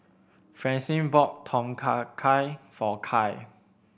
Francine bought Tom Kha Gai for Kai